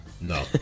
No